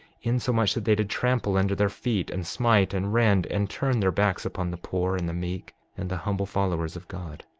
insomuch that they did trample under their feet and smite and rend and turn their backs upon the poor and the meek, and the humble followers of god.